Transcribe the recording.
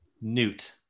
newt